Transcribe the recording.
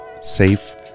safe